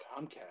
Comcast